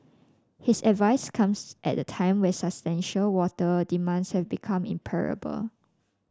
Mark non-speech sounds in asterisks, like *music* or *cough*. his advice comes at a time when *unintelligible* water demands have become imperative